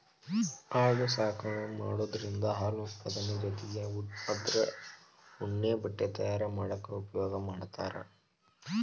ಆಡು ಸಾಕಾಣಿಕೆ ಮಾಡೋದ್ರಿಂದ ಹಾಲು ಉತ್ಪಾದನೆ ಜೊತಿಗೆ ಅದ್ರ ಉಣ್ಣೆ ಬಟ್ಟೆ ತಯಾರ್ ಮಾಡಾಕ ಉಪಯೋಗ ಮಾಡ್ತಾರ